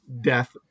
death